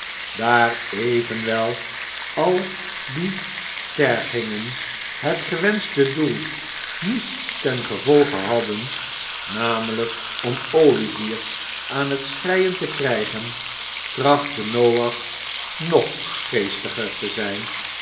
daar evenwel al die tergingen het gewenschte doel niet ten gevolge hadden namelijk om olivier aan het schreien te krijgen trachtte noach nog geestiger te zijn